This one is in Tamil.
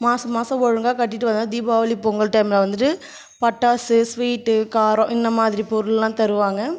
மாசம் மாசம் ஒழுங்காக கட்டிகிட்டு வந்தால் தீபாவளி பொங்கல் டைமில்ல வந்துட்டு பட்டாசு ஸ்வீட்டு காரம் இந்தமாதிரி பொருளெலாம் தருவாங்க